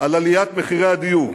על עליית מחירי הדיור.